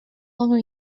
longer